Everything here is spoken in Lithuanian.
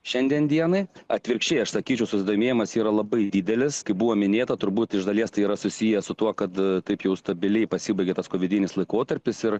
šiandien dienai atvirkščiai aš sakyčiau susidomėjimas yra labai didelis kaip buvo minėta turbūt iš dalies tai yra susiję su tuo kad taip jau stabiliai pasibaigė paskui vidinis laikotarpis ir